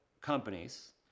companies